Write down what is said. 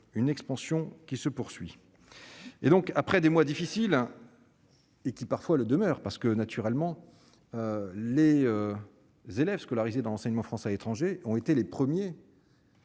une expansion qui se poursuit et, donc, après des mois difficiles et qui parfois le demeure, parce que naturellement les élèves scolarisés dans l'enseignement français à l'étranger ont été les premiers.